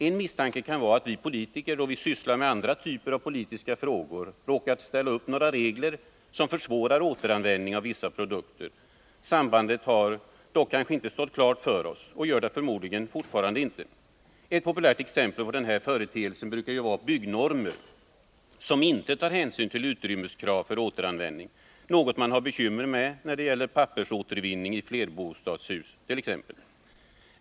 En misstanke kan vara att vi politiker, då vi sysslat med andra typer av politiska frågor, råkat ställa upp några regler som försvårar återanvändning av vissa produkter. Sambandet har dock kanske inte stått klart för oss och gör det förmodligen fortfarande inte. Ett populärt exempel på den här företeelsen brukar ju vara byggnormer, som inte tar hänsyn till utrymmeskrav för återanvändning — något man har bekymmer med när det gäller pappersåtervinning i flerbostadshus.